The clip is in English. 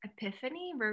Epiphany